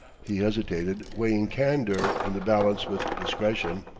he hesitated, weighing candor in the balance with discretion.